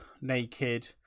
naked